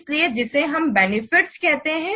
इसलिए जिसे हम बेनिफिट्स कहते हैं